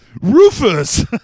Rufus